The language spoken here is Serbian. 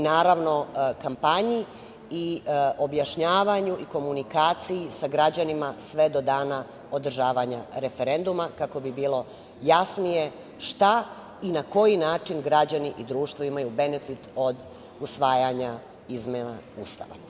Naravno, i kampanji i objašnjavanju i komunikaciji sa građanima sve do dana održavanja referenduma, kako bi bilo jasnije šta i na koji način građani i društvo imaju benefit od usvajanja izmena Ustava.